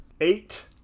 Eight